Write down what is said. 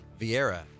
Vieira